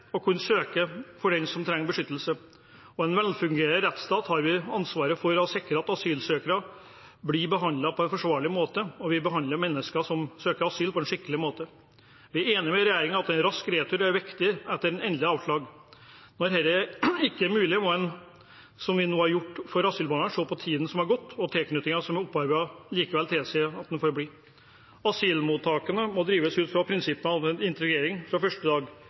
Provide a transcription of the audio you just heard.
å kunne søke asyl for den som trenger beskyttelse, og som en velfungerende rettsstat har vi ansvaret for å sikre at asylsøknader blir behandlet på en forsvarlig måte, og at vi behandler mennesker som søker asyl, på en skikkelig måte. Vi er enig med regjeringen i at en rask retur er viktig etter endelig avslag. Når dette ikke er mulig må en – som vi nå har gjort for asylbarna – se om tiden som har gått og tilknytningen som er opparbeidet, likevel tilsier at man får bli. Asylmottakene må drives ut fra prinsippet om integrering fra første dag,